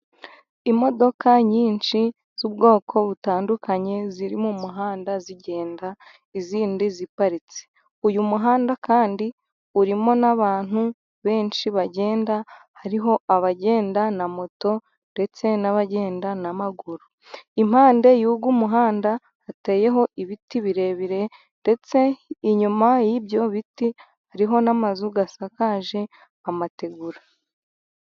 Imodoka nyinshi z'ubwoko butandukanye, ziri mu muhanda zigenda, izindi ziparitse. Uyu muhanda kandi urimo n'abantu benshi bagenda. Hariho abagenda na moto ndetse n'abagenda n'amaguru. Impande y'uyu muhanda hateyeho ibiti birebire ndetse inyuma y'ibyo biti hariho n'amazu asakaje amategura.